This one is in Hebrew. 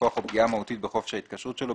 הלקוח או פגיעה מהותית בחופש ההתקשרות שלו,